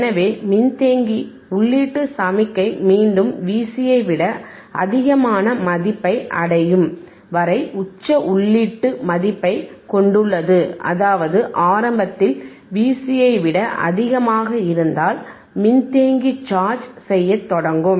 எனவே மின்தேக்கி உள்ளீட்டு சமிக்ஞை மீண்டும் Vc ஐ விட அதிகமான மதிப்பை அடையும் வரை உச்ச உள்ளீட்டு மதிப்பைக் கொண்டுள்ளது அதாவது ஆரம்பத்தில் Vc ஐ விட அதிகமாக இருந்தால் மின்தேக்கி சார்ஜ் செய்யத் தொடங்கும்